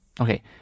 Okay